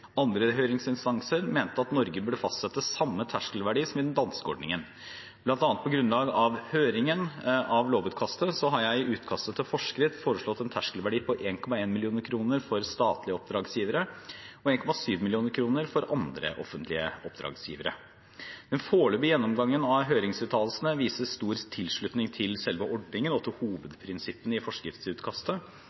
Andre høringsinstanser mente at Norge burde fastsette samme terskelverdi som i den danske ordningen. Blant annet på grunnlag av høringen av lovutkastet har jeg i utkastet til forskrift foreslått en terskelverdi på 1,1 mill. kr for statlige oppdragsgivere og 1,7 mill. kroner for andre offentlige oppdragsgivere. Den foreløpige gjennomgangen av høringsuttalelsene viser stor tilslutning til selve ordningen og til hovedprinsippene i forskriftsutkastet.